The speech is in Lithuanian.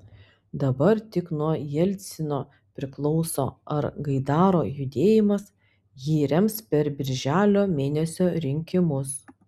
dabar tik nuo jelcino priklauso ar gaidaro judėjimas jį rems per birželio mėnesio rinkimus